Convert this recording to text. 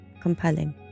compelling